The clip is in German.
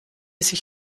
sich